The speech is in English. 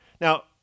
Now